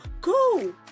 go